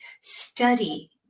study